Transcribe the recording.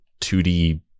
2D